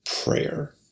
prayer